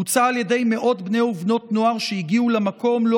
בוצע על ידי מאות בני ובנות נוער שהגיעו למקום לא